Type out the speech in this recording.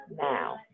now